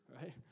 right